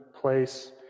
place